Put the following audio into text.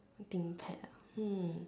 writing pad ah hmm